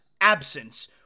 absence